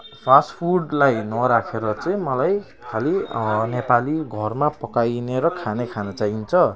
फास्टफुडलाई नराखेर चाहिँ मलाई खालि नेपाली घरमा पकाइने र खाने खाना चाइन्छ